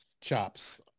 chops